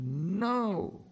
no